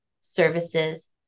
services